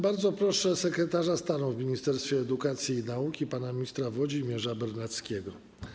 Bardzo proszę sekretarza stanu w Ministerstwie Edukacji i Nauki pana ministra Włodzimierza Bernackiego.